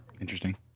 Interesting